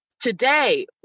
today